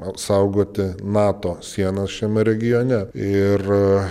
apsaugoti nato sienas šiame regione ir